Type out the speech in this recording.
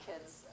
kids